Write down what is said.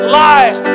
lies